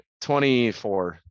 24